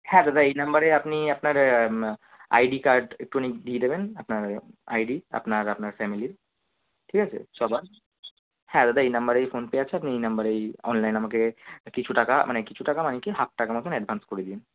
হ্যাঁ দাদা এই নম্বরে আপনি আপনার আইডি কার্ড একটুখানি দিয়ে দেবেন আপনার আইডি আপনার আপনার ফ্যামিলির ঠিক আছে সবার হ্যাঁ দাদা এই নম্বরেই ফোনপে আছে আপনি এই নম্বরেই অনলাইন আমাকে কিছু টাকা মানে কিছু টাকা মানে কি হাফ টাকা মতন অ্যাডভান্স করে দিন